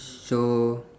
so